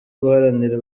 guharanira